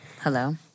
Hello